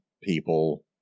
people